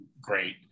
great